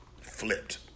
flipped